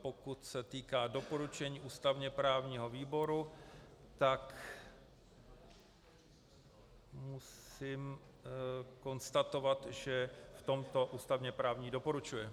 Pokud se týká doporučení ústavněprávního výboru, tak musím konstatovat, že v tomto ústavněprávní výbor doporučuje.